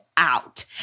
out